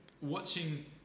Watching